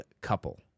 couple